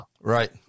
right